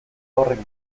horrek